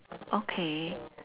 okay